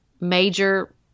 major